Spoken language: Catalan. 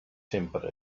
sempre